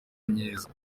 myiza